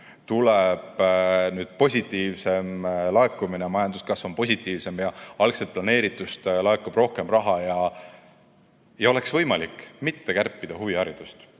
tuleb suurem laekumine, kui majanduskasv on positiivsem ja algselt planeeritust laekub rohkem raha ja oleks võimalik mitte kärpida huviharidust,